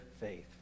faith